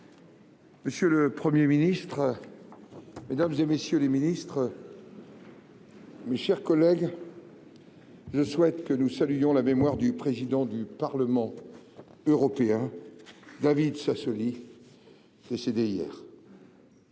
Monsieur le Premier ministre, mesdames, messieurs les ministres, mes chers collègues, je souhaite que nous saluions la mémoire du président du Parlement européen, David Sassoli, qui est décédé hier.